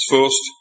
First